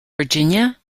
virginia